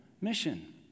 mission